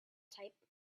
type